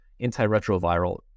antiretroviral